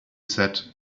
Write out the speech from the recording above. said